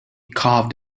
carved